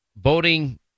voting